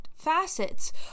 facets